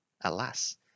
Alas